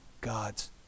God's